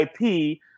IP